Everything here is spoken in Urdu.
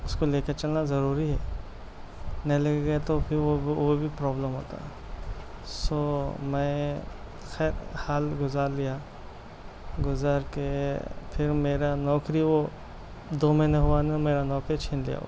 اس کو لے کر چلنا ضروری ہے نہیں لگے گا تو پھر وہ وہ بھی پرابلم ہوتا ہے سو میں خیر حال گزار لیا گزار کے پھر میرا نوکری وہ دو مہینہ ہوا میرا نوکری چھین لیا وہ